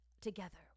together